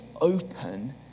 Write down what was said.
open